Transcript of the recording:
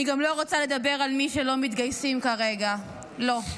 אני גם לא רוצה לדבר על מי שלא מתגייסים כרגע, לא.